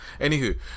anywho